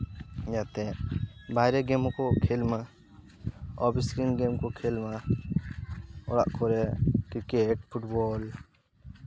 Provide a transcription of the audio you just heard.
ᱡᱟᱛᱮ ᱵᱟᱭᱨᱮ ᱜᱮᱢ ᱦᱚᱸᱠᱚ ᱠᱷᱮᱞ ᱢᱟ ᱚᱯᱷᱤᱥᱠᱨᱤᱱ ᱜᱮᱢ ᱠᱚ ᱠᱷᱮᱞᱢᱟ ᱚᱲᱟᱜ ᱠᱚᱨᱮ ᱠᱤᱨᱠᱮᱴ ᱯᱷᱩᱴᱵᱚᱞ